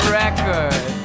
record